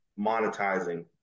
monetizing